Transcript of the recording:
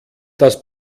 das